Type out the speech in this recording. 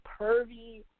pervy